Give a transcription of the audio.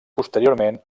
posteriorment